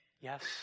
Yes